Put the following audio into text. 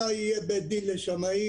מתי יהיה בית דין לשמאים?